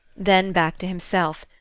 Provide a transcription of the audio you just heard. then back to himself,